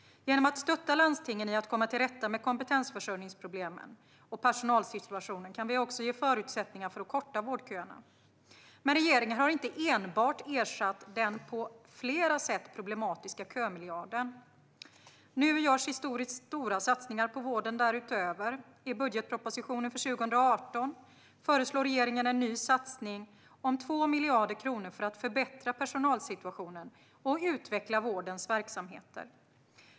Genom att stötta landstingen i att komma till rätta med kompetensförsörjningsproblemen och personalsituationen kan vi också ge förutsättningar för att korta vårdköerna. Men regeringen har inte enbart ersatt den på flera sätt problematiska kömiljarden - nu görs historiskt stora satsningar på vården därutöver. I budgetpropositionen för 2018 föreslår regeringen en ny satsning om 2 miljarder kronor för att förbättra personalsituationen och utveckla vårdens verksamheter.